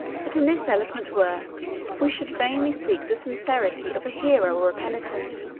but in this eloquent work we should vainly seek the sincerity of a hero or a penitent.